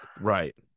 right